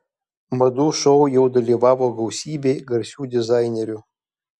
madų šou jau dalyvavo gausybė garsių dizainerių